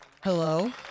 Hello